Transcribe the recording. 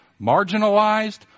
marginalized